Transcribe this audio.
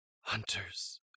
Hunters